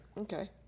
Okay